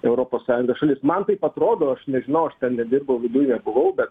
europos sąjungos šalis man taip atrodo aš nežinau aš ten nedirbau viduj nebuvau bet